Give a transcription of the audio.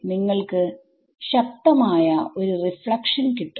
നിങ്ങൾക്ക് ശക്തമായ ഒരു റീഫ്ലക്ഷൻകിട്ടും